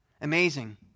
Amazing